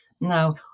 Now